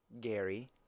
Gary